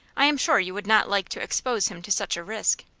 i am sure you would not like to expose him to such a risk.